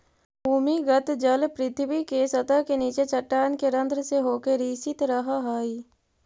भूमिगत जल पृथ्वी के सतह के नीचे चट्टान के रन्ध्र से होके रिसित रहऽ हई